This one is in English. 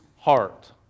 heart